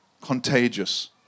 Contagious